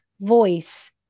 voice